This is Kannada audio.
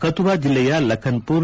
ಕತುವಾ ಜಿಲ್ಲೆಯ ಲಖನ್ಪುರ್